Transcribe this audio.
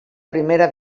primera